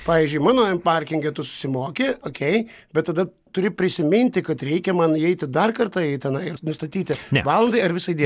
pavyzdžiui mano em parkinge tu susimoki okei bet tada turi prisiminti kad reikia man įeiti dar kartą į tenai ir nustatyti valandai ar visai dien